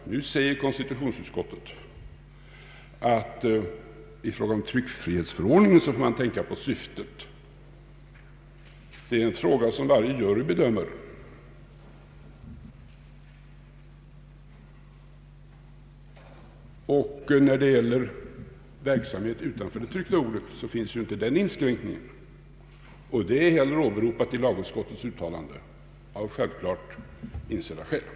Nu säger konstitutionsutskottet att man i fråga om tryckfrihetsförordningen får tänka på syftet. Det är en fråga som varje jury bedömer. När det gäller verksamhet utanför det tryckta ordet finns inte den inskränkningen, och det är inte heller åberopat i första lagutskottets utlåtande, av självklart insedda skäl.